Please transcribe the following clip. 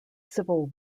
civil